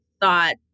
thought